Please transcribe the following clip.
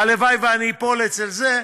והלוואי שאני אפול אצל זה.